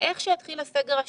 איך שהתחיל הסגר השני,